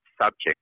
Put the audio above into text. subject